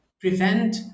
prevent